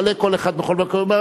יעלה כל אחד בכל מקום,